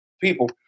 people